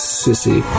sissy